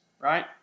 right